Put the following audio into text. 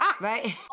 right